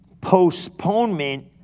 postponement